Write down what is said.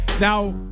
Now